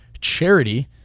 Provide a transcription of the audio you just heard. charity